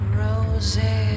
roses